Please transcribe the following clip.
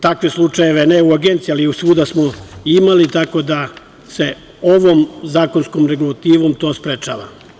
Takve slučajeve, ne u Agenciji, ali svuda smo imali, tako da se ovom zakonskom regulativom to sprečava.